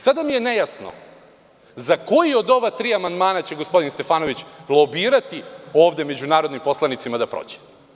Sada mi je nejasno za koji od ova tri amandmana će gospodin Stefanović lobirati ovde među narodnim poslanicima da prođe?